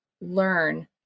learn